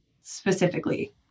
specifically